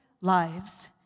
lives